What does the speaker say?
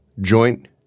joint